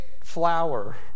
flower